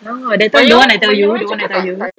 no that time I tell you that time I tell you